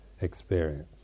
experience